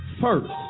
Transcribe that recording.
first